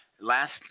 last